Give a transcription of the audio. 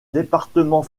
département